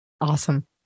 Awesome